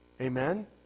amen